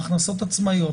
מהכנסות עצמאיות,